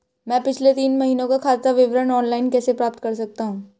मैं पिछले तीन महीनों का खाता विवरण ऑनलाइन कैसे प्राप्त कर सकता हूं?